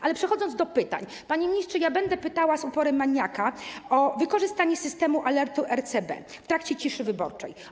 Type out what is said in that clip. Ale przechodząc do pytań, panie ministrze, będę pytała z uporem maniaka o wykorzystanie systemu alertu RCB w trakcie ciszy wyborczej.